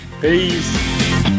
Peace